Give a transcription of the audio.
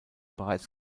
bereits